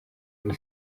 ari